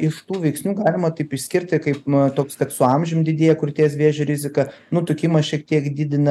iš tų veiksnių galima taip išskirti kaip na toks kad su amžium didėja krūties vėžio rizika nutukimas šiek tiek didina